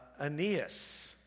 Aeneas